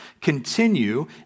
continue